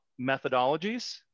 methodologies